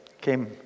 came